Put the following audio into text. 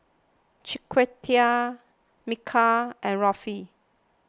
Chiquita Mikal and Ruthe